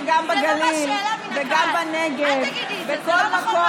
תראי שגם בגליל וגם בנגב, בכל מקום.